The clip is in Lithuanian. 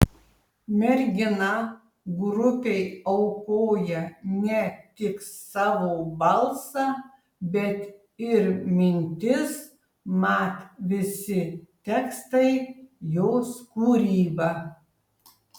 mergina grupei aukoja ne tik savo balsą bet ir mintis mat visi tekstai jos kūryba